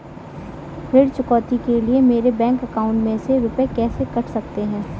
ऋण चुकौती के लिए मेरे बैंक अकाउंट में से रुपए कैसे कट सकते हैं?